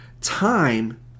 Time